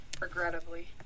Regrettably